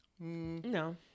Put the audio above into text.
No